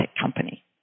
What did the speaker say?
company